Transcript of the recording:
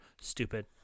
Stupid